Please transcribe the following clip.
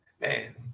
Man